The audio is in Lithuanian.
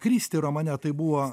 kristi romane tai buvo